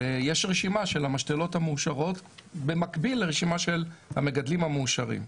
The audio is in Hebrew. יש רשימה של המשתלות המאושרות במקביל לרשימה של המגדלים המאושרים.